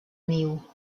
niu